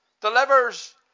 delivers